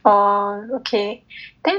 oh okay then